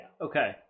okay